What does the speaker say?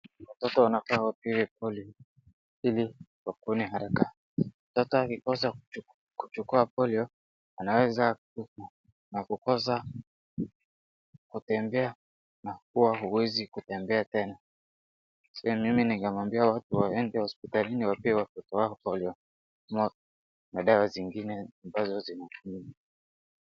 Watoto wanafaa wanted polio ili wapone haraka. Mtoto akikosa kuchukua polio anaweza kufa na kukosa kutembea na kuwa huwezi tembea tena. Pia mm ningemuabia watu waende hospitalini wapewe watoto wao polio na dawa zingine ambazo zinatumiwa.